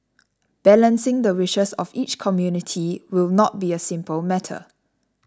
balancing the wishes of each community will not be a simple matter